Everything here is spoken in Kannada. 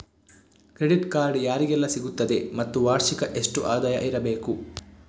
ಕ್ರೆಡಿಟ್ ಕಾರ್ಡ್ ಯಾರಿಗೆಲ್ಲ ಸಿಗುತ್ತದೆ ಮತ್ತು ವಾರ್ಷಿಕ ಎಷ್ಟು ಆದಾಯ ಇರಬೇಕು?